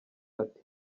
ati